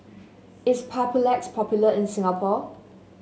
is Papulex popular in Singapore